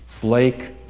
Blake